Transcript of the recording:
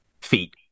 feet